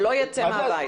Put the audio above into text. שלא יצא מהבית.